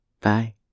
Bye